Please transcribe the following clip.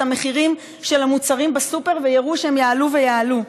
המחירים של המוצרים בסופר ויראו שהם יעלו ויעלו,